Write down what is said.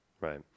Right